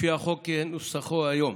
לפי החוק כנוסחו היום.